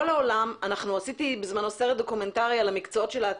כל העולם עשיתי בזמנו סרט דוקומנטרי על המקצועות של העתיד.